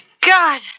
God